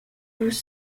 vous